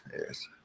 yes